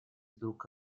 друг